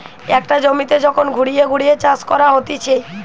একটা জমিতে যখন ঘুরিয়ে ঘুরিয়ে চাষ করা হতিছে